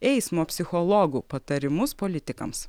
eismo psichologų patarimus politikams